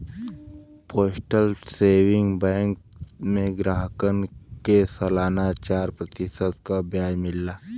postal saving bank में ग्राहकन के सलाना चार प्रतिशत क ब्याज मिलला